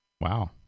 wow